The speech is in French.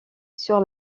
sur